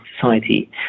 society